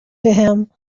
him